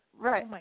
right